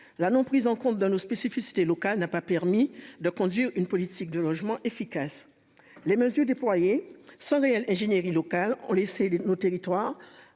la non prise en compte dans nos spécificités locales n'a pas permis de conduire une politique de logement efficace les mesures déployées sans réelle ingénierie locales ont laissé nos territoires